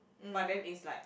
but then is like